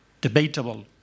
debatable